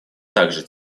также